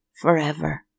Forever